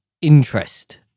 interest